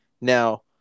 Now –